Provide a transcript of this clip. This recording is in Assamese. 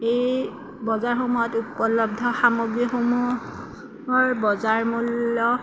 এই বজাৰসমূহত উপলব্ধ সামগ্ৰীসমূহৰ বজাৰ মূল্য